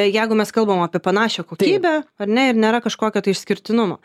jeigu mes kalbam apie panašią kokybę ar ne ir nėra kažkokio tai išskirtinumo